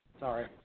Sorry